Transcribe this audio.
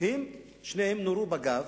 אם שניהם נורו בגב,